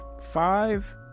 five